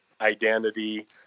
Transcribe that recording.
identity